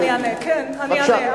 אני אענה, כן, אני אענה.